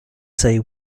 say